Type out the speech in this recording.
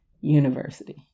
University